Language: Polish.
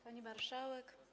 Pani Marszałek!